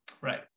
Right